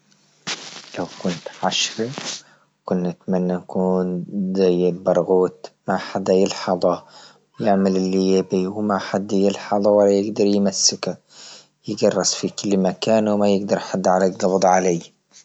لو كنت حشرة كنا نتمنى نكون جيد برغوت ما حدا يلحظه نعمل اللي يبيه وما حدا يلحضه ولا يقدر يمسكه يقرس في كل مكان وما يقدر حد على القبض عليه.